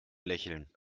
lächeln